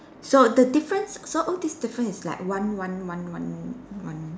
so the difference so oh this difference is like one one one one one